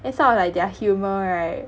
then some of like their humor right